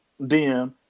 DM